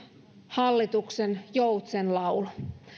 hallituksen joutsenlaulu